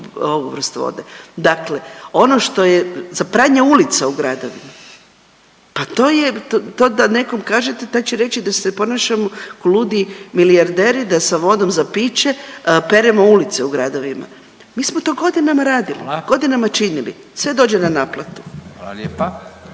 ovu vrstu vode. Dakle, ono što je, za pranje ulica u gradovima, pa to je, to da nekom kažete taj će reći da se ponašamo ko ludi milijarderi, da sa vodom za piće peremo ulice u gradovima, mi smo to godinama radili…/Upadica Radin: Hvala/…godinama činili, sve dođe na naplatu. **Radin,